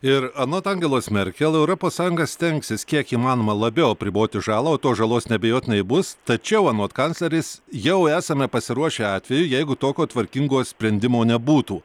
ir anot angelos merkel europos sąjunga stengsis kiek įmanoma labiau apriboti žalą o tos žalos neabejotinai bus tačiau anot kanclerės jau esame pasiruošę atvejui jeigu tokio tvarkingo sprendimo nebūtų